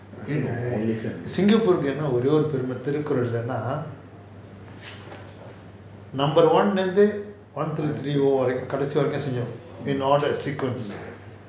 singapore கு என்ன ஒரே ஒரு பெருமை திருக்குறள் லானா:ku enna orey oru perumai thirukkural laanaa number one லந்து:lanthu one three three O வரைக்கும் கடைசி வரைக்கும் செஞ்சோம்:varaikum kadaisi varaikum senjom in order sequence